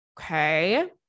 Okay